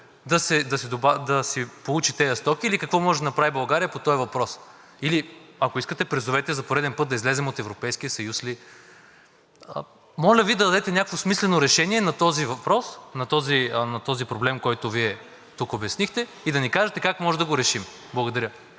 да си получи тези стоки или какво може да направи България по този въпрос. Ако искате, предложете за пореден път да излезем от Европейския съюз ли?! Моля Ви да дадете някакво смислено решение на този въпрос, на този проблем, който Вие тук обяснихте, и да ни кажете как можем да го решим. Благодаря.